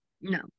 No